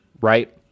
right